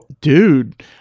dude